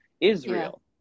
Israel